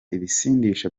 ibisindisha